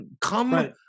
come